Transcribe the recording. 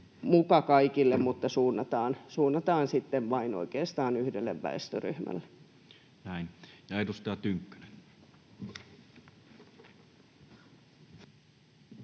muka kaikille, mutta suunnataan sitten oikeastaan vain yhdelle väestöryhmälle. Näin. — Ja edustaja Tynkkynen.